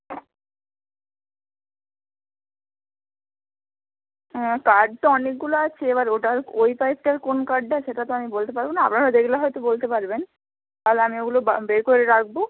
হ্যাঁ কার্ড তো অনেকগুলো আছে এবার ওটার ওই পাইপটার কোন কার্ডটা তো আমি বলতে পারবো না আপনারা দেখলে হয়তো বলতে পারবেন তাহলে আমি ওগুলো বা বের করে রাখবো